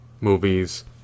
movies